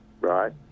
right